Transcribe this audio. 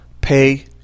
pay